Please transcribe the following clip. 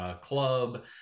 Club